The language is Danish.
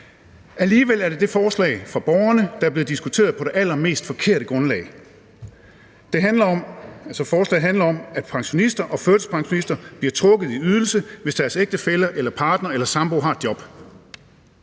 Alligevel er det det forslag fra borgerne, der er blevet diskuteret på det allermest forkerte grundlag. Forslaget handler om, at pensionister og førtidspensionister bliver trukket i ydelse, hvis deres ægtefælle eller partner eller sambo har et job.